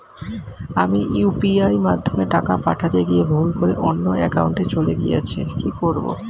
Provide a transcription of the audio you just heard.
আমি ইউ.পি.আই মাধ্যমে টাকা পাঠাতে গিয়ে ভুল করে অন্য একাউন্টে চলে গেছে কি করব?